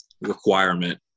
requirement